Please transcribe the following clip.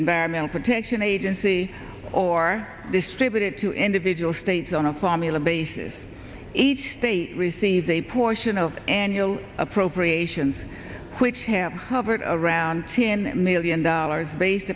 environmental protection agency or this strip it to individual states on a formula basis each state receives a portion of annual appropriations which hamp hovered around ten million dollars based